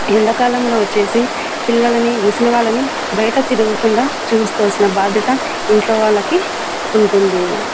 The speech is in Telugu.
ఎండాకాలంలో వచ్చేసి పిల్లలని ముసలి వాళ్ళని బయట తిరగకుండా చూసుకోవాల్సిన బాధ్యత ఇంట్లో వాళ్ళకి ఉంటుంది